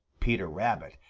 peter rabbit,